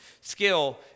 skill